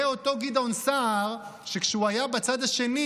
זה אותו גדעון סער שכשהוא היה בצד השני,